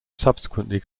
subsequently